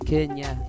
Kenya